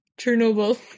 Chernobyl